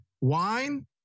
wine